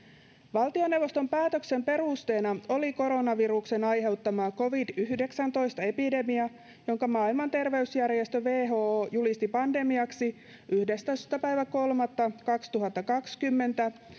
valtioneuvoston päätöksen perusteena oli koronaviruksen aiheuttama covid yhdeksäntoista epidemia jonka maailman terveysjärjestö who julisti pandemiaksi yhdestoista kolmatta kaksituhattakaksikymmentä